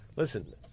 Listen